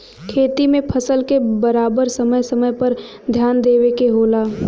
खेती में फसल क बराबर समय समय पर ध्यान देवे के होला